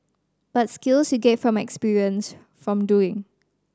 but skills you get from experience from doing